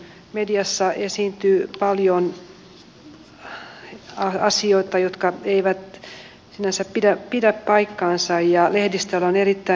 vi ser allt mer samhällen i europeiska länder som polariseras i sociala skikt